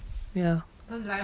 ya